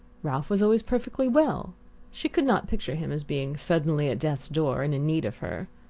ralph was always perfectly well she could not picture him as being suddenly at death's door and in need of her.